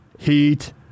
Heat